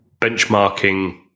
benchmarking